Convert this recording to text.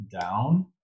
down